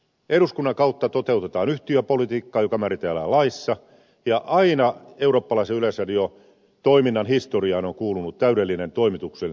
eduskunnan kautta toteutetaan yhtiöpolitiikkaa joka määritellään laissa ja aina eurooppalaisen yleisradiotoiminnan historiaan on kuulunut täydellinen toimituksellinen itsenäisyys